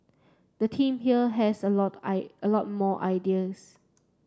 the team here has a lot eye a lot more ideas